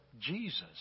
Jesus